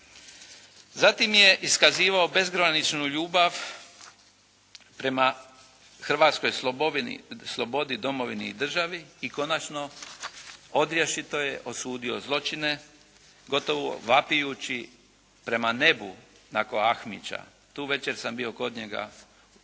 Zatim je iskazivao bezgraničnu ljubav prema hrvatskoj slobodi, domovini i državi. I konačno, odrješito je osudio zločine, gotovo vapajući prema nebu nakon Ahmića. Tu večer sam bio kod njega u